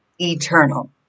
Eternal